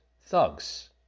thugs